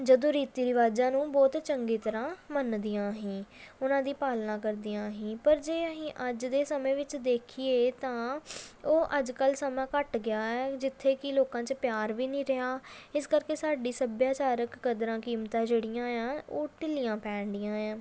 ਜਦੋਂ ਰੀਤੀ ਰਿਵਾਜਾਂ ਨੂੰ ਬਹੁਤ ਚੰਗੀ ਤਰ੍ਹਾਂ ਮੰਨਦੀਆਂ ਸੀ ਉਹਨਾਂ ਦੀ ਪਾਲਣਾ ਕਰਦੀਆਂ ਸੀ ਪਰ ਜੇ ਅਸੀਂ ਅੱਜ ਦੇ ਸਮੇਂ ਵਿੱਚ ਦੇਖੀਏ ਤਾਂ ਉਹ ਅੱਜ ਕੱਲ੍ਹ ਸਮਾਂ ਘੱਟ ਗਿਆ ਹੈ ਜਿੱਥੇ ਕਿ ਲੋਕਾਂ 'ਚ ਪਿਆਰ ਵੀ ਨਹੀਂ ਰਿਹਾ ਇਸ ਕਰਕੇ ਸਾਡੀ ਸੱਭਿਆਚਾਰਕ ਕਦਰਾਂ ਕੀਮਤਾਂ ਜਿਹੜੀਆਂ ਆ ਉਹ ਢਿੱਲੀਆਂ ਪੈ ਰਹੀਆਂ ਆ